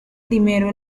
primero